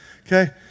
Okay